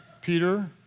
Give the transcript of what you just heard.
Peter